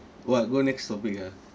what go next topic ah